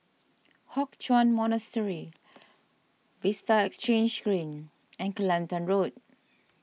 Hock Chuan Monastery Vista Exhange Green and Kelantan Road